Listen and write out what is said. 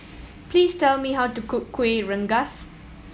please tell me how to cook Kueh Rengas